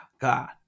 God